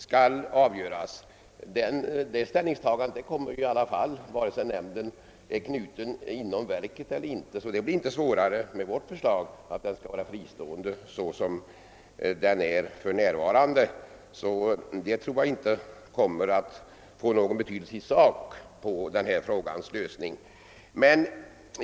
Sådana ställningstaganden måste ändå göras, vare sig nämnden är knuten till verket eller inte, så de blir inte svårare med vårt förslag att nämnden skall vara fristående, såsom den är för närvarande. Jag tror inte att detta kommer att få någon reell betydelse för denna frågas lösning.